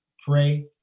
pray